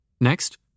Next